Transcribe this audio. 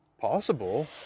Possible